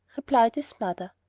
replied his mother,